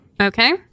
Okay